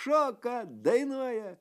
šoka dainuoja